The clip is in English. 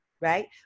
right